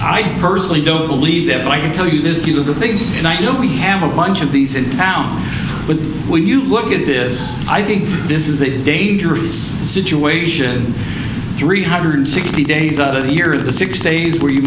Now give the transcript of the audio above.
i personally don't believe that but i can tell you this you look at things and i know we hammer bunch of these in town but when you look at this i think this is a dangerous situation three hundred sixty days out of the year or the six days where you